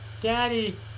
daddy